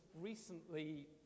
recently